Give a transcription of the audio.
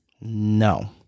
No